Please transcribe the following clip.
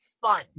fun